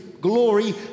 glory